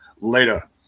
later